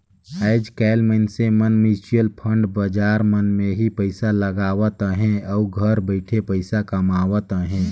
आएज काएल मइनसे मन म्युचुअल फंड बजार मन में ही पइसा लगावत अहें अउ घर बइठे पइसा कमावत अहें